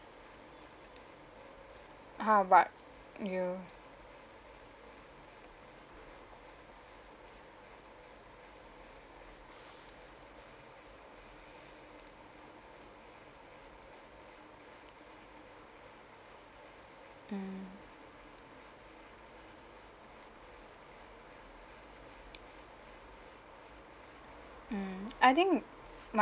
how about you mm mm I think my